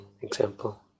example